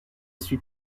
suis